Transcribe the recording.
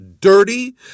dirty